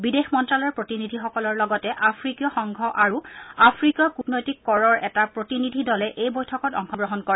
বিদেশ মন্ত্যালয়ৰ প্ৰতিনিধিসকলৰ লগতে আফ্ৰিকীয় সংঘ আৰু আফ্ৰিকীয় কৃটনৈতিক ক'ৰৰ এটা প্ৰতিনিধি দলে এই বৈঠকত অংশগ্ৰহণ কৰে